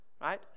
right